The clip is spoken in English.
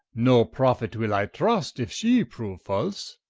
no prophet will i trust, if shee proue false.